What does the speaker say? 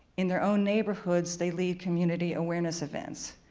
in their own neighborhood, they lead community awareness events.